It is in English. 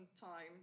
time